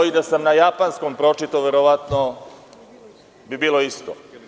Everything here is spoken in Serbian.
I da sam na japanskom pročitao verovatno bi bilo isto.